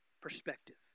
perspective